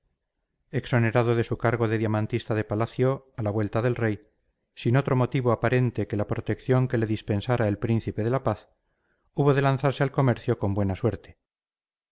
exonerado de su cargo de diamantista de palacio a la vuelta del rey sin otro motivo aparente que la protección que le dispensara el príncipe de la paz hubo de lanzarse al comercio con buena suerte